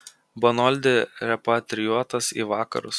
bonoldi repatrijuotas į vakarus